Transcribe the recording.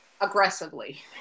aggressively